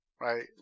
right